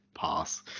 pass